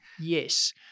yes